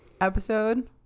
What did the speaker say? Episode